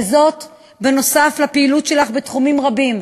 וזה נוסף על הפעילות שלך בתחומים רבים: